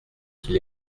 qu’il